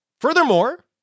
furthermore